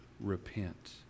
repent